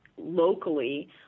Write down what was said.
locally